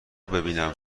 ببینم